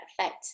effect